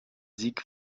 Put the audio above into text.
sieg